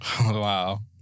Wow